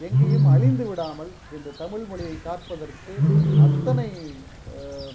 எங்கேயும் அழிந்து விடாமல் இந்த தமிழ்மொழியை காப்பதற்கு அத்தனை